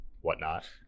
whatnot